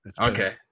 Okay